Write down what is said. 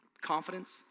Confidence